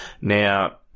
Now